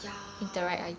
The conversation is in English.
ya